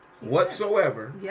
whatsoever